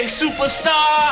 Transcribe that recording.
superstar